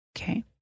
Okay